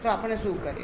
તો આપણે શું કરીએ